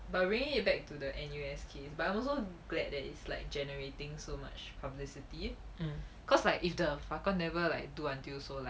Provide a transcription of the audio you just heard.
but bring you back to the N_U_S case but I'm also glad that it's like generating so much publicity and cause like if the 法官 never like do until so like